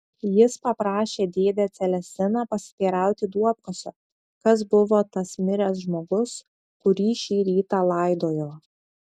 jis paprašė dėdę celestiną pasiteirauti duobkasio kas buvo tas miręs žmogus kurį šį rytą laidojo